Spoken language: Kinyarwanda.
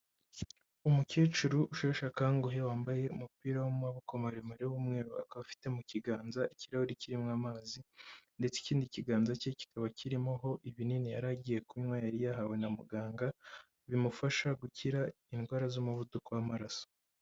Umukecuru usheshe akanguhe, wambaye umupira w'amaboko maremare w'umweru, akaba afite mu kiganza ikirahuri kirimo amazi, ndetse ikindi kiganza cye kikaba kirimoho ibinini yari agiye kunywa yari yahawe na muganga, bimufasha gukira indwara z'umuvuduko w'amaraso.